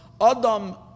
Adam